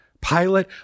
Pilate